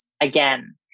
again